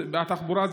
בתחבורה,